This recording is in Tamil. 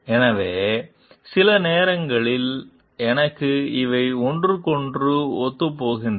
எனவே சில நேரங்களில் எனக்கு இவை ஒன்றுக்கொன்று ஒத்துப்போகின்றன